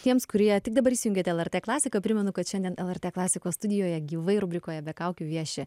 tiems kurie tik dabar įsijungėt el er t klasiką primenu kad šiandien el er t klasikos studijoje gyvai rubrikoje be kaukių vieši